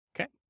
Okay